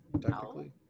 Technically